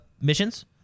missions